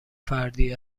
فردی